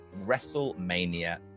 WrestleMania